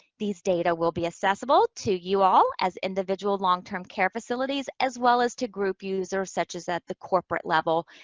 these data will be accessible to you all as individual long-term care facilities, as well as to group users, such as at the corporate level